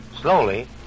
Slowly